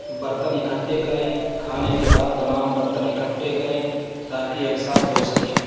برتن اکٹّھے کریں کھانے کے بعد تمام برتن اکٹّھے کریں تا کہ ایک ساتھ دھو سکیں